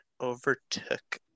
overtook